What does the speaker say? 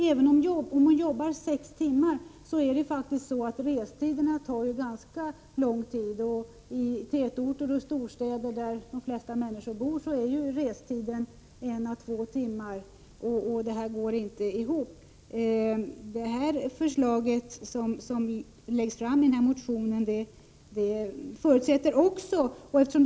Även om hon jobbar sex timmar tar faktiskt resorna ganska lång tid. I tätorter och storstäder, där de flesta människor bor, är restiden en å två timmar. Detta går inte ihop. Det förslag som läggs fram i motionen kommer inte att fungera för kvinnor i förvärvsarbete.